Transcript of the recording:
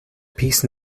peace